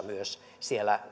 myös jatkossa siellä